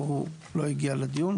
הוא לא הגיע לדיון.